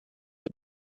boy